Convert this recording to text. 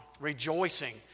rejoicing